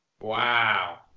Wow